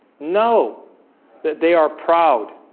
know that they are proud